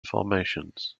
formations